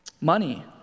money